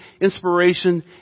inspiration